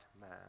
man